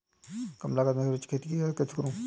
कम लागत में मिर्च की खेती कैसे करूँ?